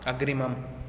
अग्रिमम्